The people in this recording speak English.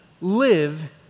live